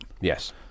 Yes